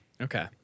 Okay